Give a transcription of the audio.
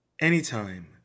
Anytime